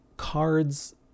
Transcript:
cards